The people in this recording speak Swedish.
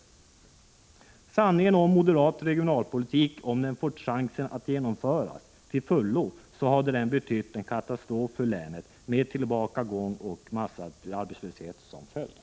CER een : é RN iskogslänen, Sanningen om moderat regionalpolitik är att om den fått chansen att Här genomföras till fullo hade den betytt en katastrof för länet med tillbakagång och massarbetslöshet som följd.